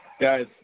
Guys